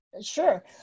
Sure